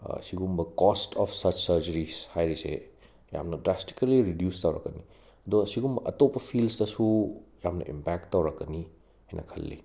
ꯁꯤꯒꯨꯝꯕ course of such surgery ꯍꯥꯏꯔꯤꯁꯦ ꯌꯥꯝꯅ ꯗ꯭ꯔꯥꯁꯇꯤꯀꯦꯜꯂꯤ ꯔꯤꯗ꯭ꯌꯨꯁ ꯇꯧꯔꯛꯀꯅꯤ ꯑꯗꯨꯒ ꯑꯇꯣꯞꯄ ꯐꯤꯜꯗꯁꯨ ꯏꯝꯄꯦꯛ ꯇꯧꯔꯛꯀꯅꯤ ꯍꯥꯏꯅ ꯈꯜꯂꯤ